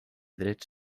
drets